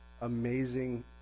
amazing